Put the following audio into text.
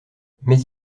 mais